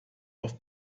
auf